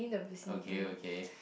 okay okay